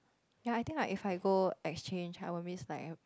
ya I think if I go exchange I will miss like